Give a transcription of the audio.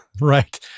Right